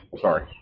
Sorry